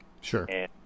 Sure